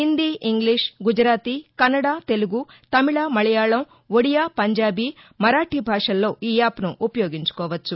Hindi English Gujarati Kannada Telugu Tamil Malayalam Odia Punjabi Marathi భాషల్లో ఈ యాప్ను ఉపయోగించుకోవచ్చు